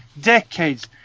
decades